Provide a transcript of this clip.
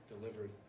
delivered